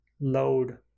load